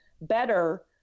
better